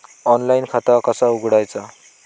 Online खाता कसा उघडायचा?